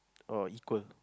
or equal